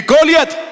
Goliath